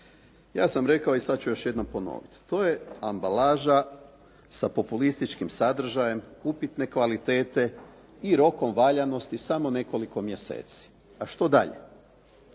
ja sam rekao i sada ću još jednom ponoviti. To je ambalaža sa populističkim sadržajem upitne kvalitete i rokom valjanosti samo nekoliko mjeseci. A što dalje?